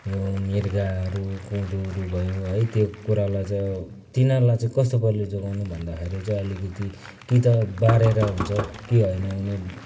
यो मृगहरू कुँदोहरू भयो है त्यो कुरालाई चाहिँ तिनारलाई चाहिँ कस्तो प्रकारले जोगाउनु भन्दाखेरि चाहिँ अलिकति कि त बारेर हुन्छ कि होइन भने